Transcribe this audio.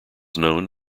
known